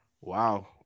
Wow